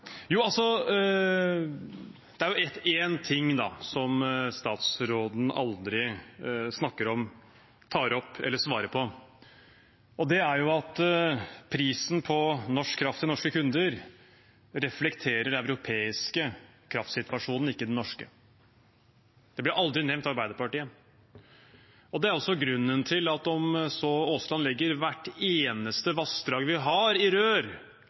Det er en ting som statsråden aldri snakker om, tar opp eller svarer på, og det er at prisen på norsk kraft til norske kunder, reflekterer den europeiske kraftsituasjonen, ikke den norske. Det blir aldri nevnt av Arbeiderpartiet. Det er også grunnen til at om så Aasland legger hvert eneste vassdrag vi har, i rør,